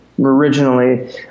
originally